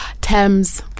Thames